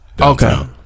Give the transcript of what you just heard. Okay